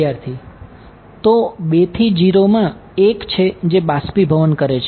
વિદ્યાર્થી તો 2 થી 0 માં 1 છે જે બાષ્પીભવન કરે છે